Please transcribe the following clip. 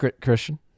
Christian